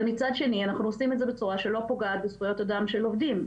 אבל מצד שני אנחנו עושים את זה בצורה שלא פוגעת בזכויות אדם של עובדים.